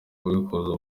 kubikuza